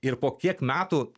ir po kiek metų